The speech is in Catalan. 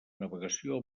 navegació